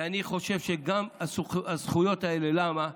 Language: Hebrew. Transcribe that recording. ואני חושב שגם הזכויות האלה, למה?